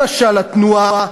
למשל התנועה,